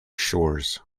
shores